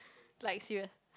like serious